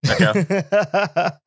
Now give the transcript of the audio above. Okay